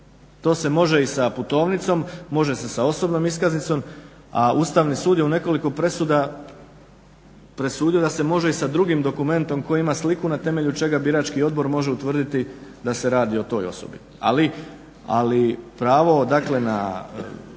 To se može i sa putovnicom, može se sa osobnom iskaznicom, a Ustavni sud je u nekoliko presuda presudio da se može i sa drugim dokumentom koji ima sliku na temelju čega birački odbor može utvrditi da se radi o toj osobi. Ali pravo dakle na